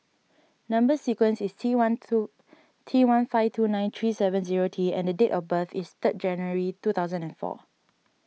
Number Sequence is T one two T one five two nine three seven zero T and date of birth is third January two thousand and four